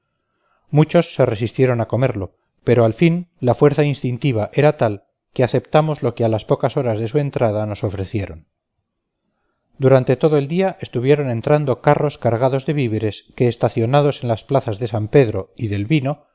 muchos se resistieron a comerlo pero al fin la fuerza instintiva era tal que aceptamos lo que a las pocas horas de su entrada nos ofrecieron durante todo el día estuvieron entrando carros cargados de víveres que estacionados en las plazas de san pedro y del vino